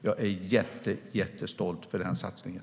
Jag är jättestolt över den satsningen!